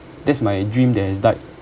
that's my dream that has died